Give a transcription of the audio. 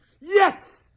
yes